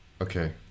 Okay